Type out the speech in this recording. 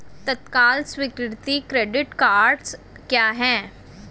तत्काल स्वीकृति credit cards क्या हैं?